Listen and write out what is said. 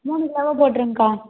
மூணு கிலோவாக போட்ருங்கக்கா